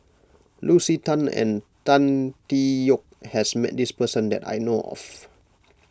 Lucy Tan and Tan Tee Yoke has met this person that I know of